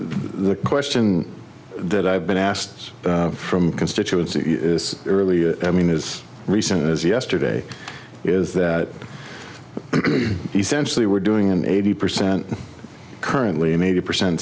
the question that i've been asked from constituency is really i mean is recent as yesterday is that essentially we're doing an eighty percent currently i'm eighty percent